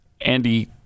Andy